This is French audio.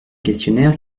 questionnaire